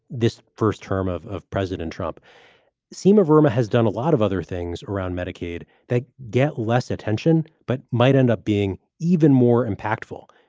this first term of of president trump of burma has done a lot of other things around medicaid. they get less attention, but might end up being even more impactful.